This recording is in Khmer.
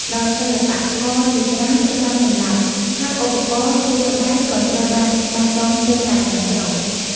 ដោយសិល្បករជាច្រើនត្រូវបានសម្លាប់ ហើយឧបករណ៍ រូបស្បែក ក៏ត្រូវបានបាត់បង់ស្ទើរតែទាំងស្រុង។